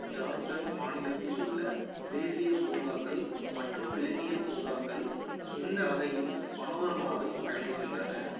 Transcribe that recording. ஜார்க்கண்ட் மாநிலத்தில் உள்ள தேசிய பூங்காக்கள் மற்றும் விலங்கியல் பூங்காக்கள் இந்த வகையின் பனோரமாவை வழங்குகின்றன